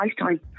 lifetime